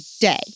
day